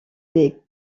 des